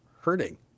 hurting